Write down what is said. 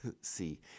see